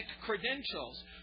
credentials